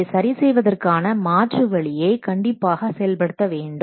அதை சரி செய்வதற்கான மாற்று வழியை கண்டிப்பாக செயல்படுத்த வேண்டும்